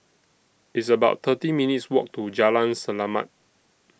It's about thirty minutes' Walk to Jalan Selamat